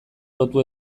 lotu